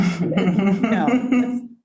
no